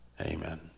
amen